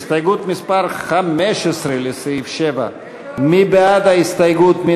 הסתייגות מס' 15 לסעיף 7, מי בעד ההסתייגות?